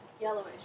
yellowish